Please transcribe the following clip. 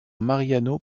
mariano